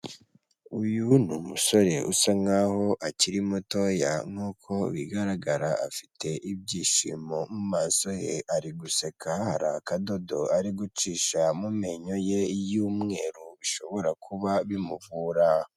Uyu ni umusore usa nkaho akiri mutoya nkuko bigaragara afite ibyishimo mu maso ye ari guseka hari akadodo ari gucisha mu menyo ye y'umweru bishobora kuba bimuvura.